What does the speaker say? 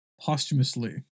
posthumously